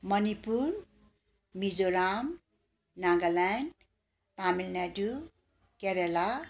Manipur Mizoram Nagaland Tamil Nadu Kerala